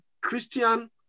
Christian